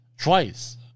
twice